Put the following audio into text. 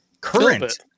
current